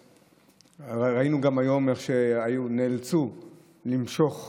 ראינו היום גם איך נאלצו למשוך חוק,